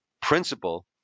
principle